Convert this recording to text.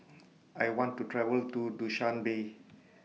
I want to travel to Dushanbe